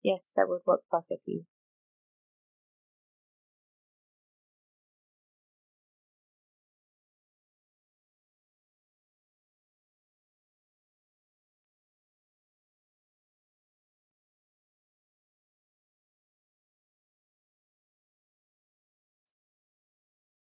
yes that'll work perfectly